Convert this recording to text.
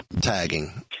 tagging